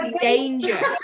danger